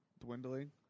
dwindling